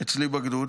אצלי בגדוד.